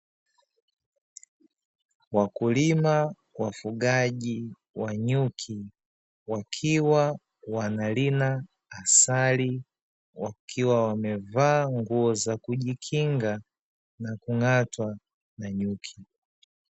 Wakulima wafugaji wa nyuki, wakiwa wanalima asali, wakiwa wamevaa nguo za kujikinga na kung'atwa na nyuki.